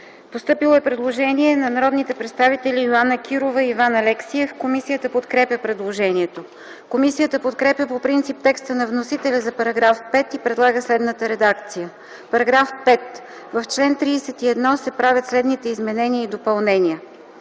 постъпило е предложение на народните представители Йоана Кирова и Иван Алексиев. Комисията подкрепя предложението. Комисията подкрепя по принцип текста на вносителя за § 7 и предлага следната редакция: „§ 7. В чл. 43а се правят следните изменения и допълнения: